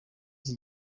iki